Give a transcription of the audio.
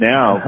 Now